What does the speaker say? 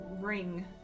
Ring